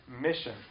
mission